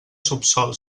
subsòl